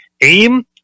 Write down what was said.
AIM